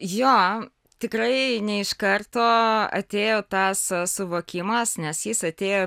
jo tikrai ne iš karto atėjo tas suvokimas nes jis atėjo